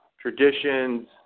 traditions